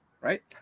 right